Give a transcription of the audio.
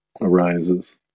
arises